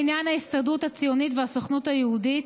לעניין ההסתדרות הציונית והסוכנות היהודית,